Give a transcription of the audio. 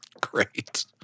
Great